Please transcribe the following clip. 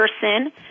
person